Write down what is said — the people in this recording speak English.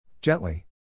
Gently